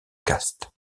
castes